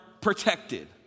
protected